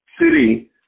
city